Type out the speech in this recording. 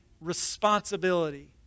responsibility